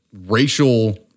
racial